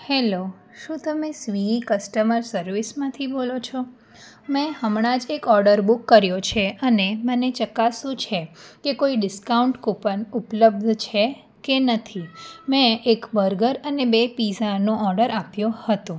hello શું તમે Swiggy customer સર્વિસમાંથી બોલો છો મેં હમણાં જ એક ઓડર બુક કર્યો છે અને મને ચકાસવું છે કે કોઈ ડિસ્કાઉન્ટ કૂપન ઉપલબ્ધ છે કે નથી મેં એક બર્ગર અને બે પીઝાનો ઓડર આપ્યો હતો